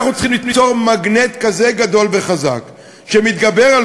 אנחנו צריכים ליצור מגנט כזה גדול וחזק שמתגבר על